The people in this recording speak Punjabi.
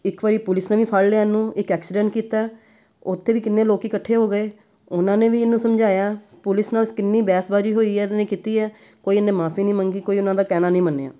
ਇੱਕ ਵਾਰੀ ਪੁਲਿਸ ਨੇ ਵੀ ਫੜ ਲਿਆ ਇਹਨੂੰ ਇੱਕ ਐਕਸੀਡੈਂਟ ਕੀਤਾ ਉੱਥੇ ਵੀ ਕਿੰਨੇ ਲੋਕ ਇਕੱਠੇ ਹੋ ਗਏ ਉਹਨਾਂ ਨੇ ਵੀ ਇਹਨੂੰ ਸਮਝਾਇਆ ਪੁਲਿਸ ਨਾਲ ਸ ਕਿੰਨੀ ਬਹਿਸਬਾਜੀ ਹੋਈ ਹੈ ਇਹਨੇ ਕੀਤੀ ਹੈ ਕੋਈ ਇਹਨੇ ਮਾਫ਼ੀ ਨਹੀਂ ਮੰਗੀ ਕੋਈ ਉਹਨਾਂ ਦਾ ਕਹਿਣਾ ਨਹੀਂ ਮੰਨਿਆ